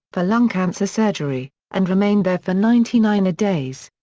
for lung cancer surgery, and remained there for ninety nine days.